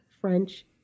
french